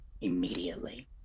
immediately